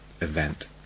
event